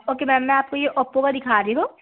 okay ma'am मैं आपको ये ओप्पो का दिखा रही हूँ